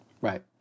Right